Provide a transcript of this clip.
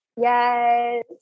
yes